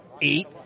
eight